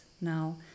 now